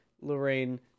Lorraine